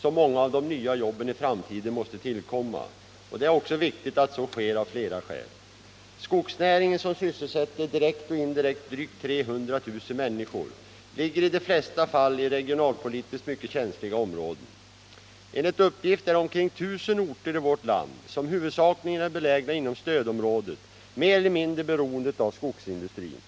som många av de nya jobben i framtiden måste tillkomma. Det är också viktigt att så sker av flera skäl. Skogsnäringen, som direkt och indirekt sysselsätter drygt 300 000 människor, ligger i de flesta fall i regionalpolitiskt mycket känsliga områden. Enligt uppgift är omkring I 000 orter i vårt land, som huvudsakligen är belägna inom stödområdet, mer eller mindre beroende av skogsindustrin.